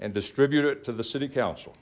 and distribute it to the city council